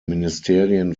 ministerien